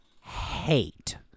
hate